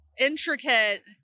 intricate